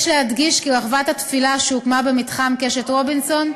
יש להדגיש כי רחבת התפילה שהוקמה במתחם קשת רובינסון,